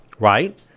right